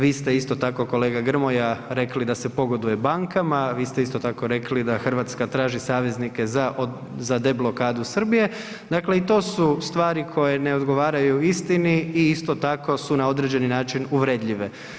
Vi ste isto tako kolega Grmoja rekli da se pogoduje bankama, vi ste isto tako rekli da Hrvatska traži saveznike za deblokadu Srbije, dakle i to su stvari koje ne odgovaraju istini i isto tako su na određeni način uvredljive.